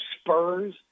Spurs